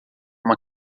uma